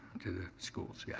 to the schools, yeah.